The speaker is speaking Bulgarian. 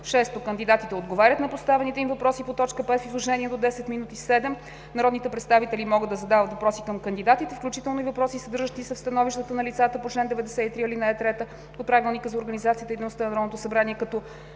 6. Кандидатите отговарят на поставените им въпроси по т. 5 в изложение до 10 минути. 7. Народните представители могат да задават въпроси към кандидатите, включително и въпроси, съдържащи се в становищата на лицата по чл. 93, ал. 3 от Правилника за